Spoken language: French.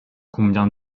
combien